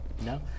No